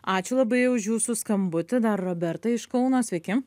ačiū labai už jūsų skambutį dar roberta iš kauno sveiki